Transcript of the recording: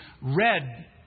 red